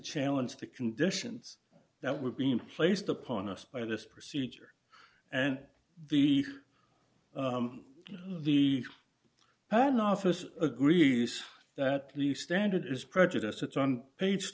challenge the conditions that were being placed upon us by this procedure and the the patent office agrees that lea standard is prejudiced it's on page